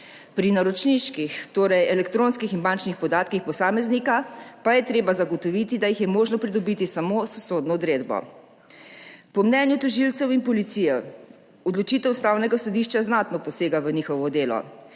Pri naročniških, torej elektronskih in bančnih podatkih posameznika, pa je treba zagotoviti, da jih je možno pridobiti samo s sodno odredbo. Po mnenju tožilcev in policije odločitev Ustavnega sodišča znatno posega v njihovo delo.